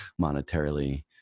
monetarily